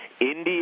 India